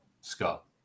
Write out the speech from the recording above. Scott